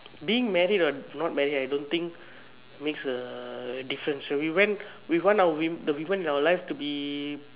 been married or not married I don't think makes a difference so we went we want our we want our life to be